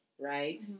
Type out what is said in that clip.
right